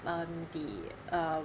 um the uh